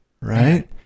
right